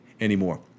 anymore